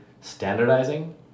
standardizing